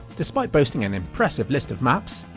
despite boasting an impressive list of maps,